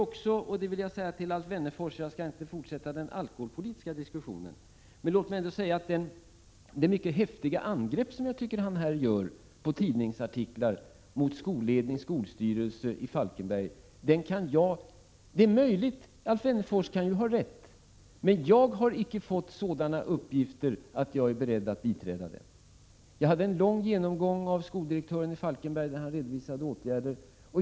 Utan att fortsätta den alkoholpolitiska diskussionen vill jag också säga några ord till Alf Wennerfors, som gjorde ett mycket häftigt angrepp på 23 tidningsartiklar rörande skolledning och skolstyrelse i Falkenberg. Det är möjligt att han har rätt. Men jag har icke fått sådana uppgifter att jag är beredd att biträda Alf Wennerfors uppfattning här i dag. Jag hade en lång genomgång med skoldirektören i Falkenberg, där han redovisade olika åtgärder.